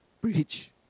preach